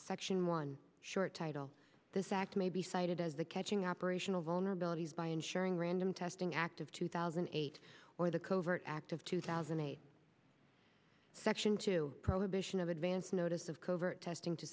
section one short title this act may be cited as the catching operational vulnerabilities by ensuring random testing act of two thousand eight or the covert act of two thousand and eight section two prohibition of advance notice of covert testing to